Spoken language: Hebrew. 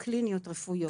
קליניות, רפואיות.